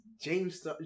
James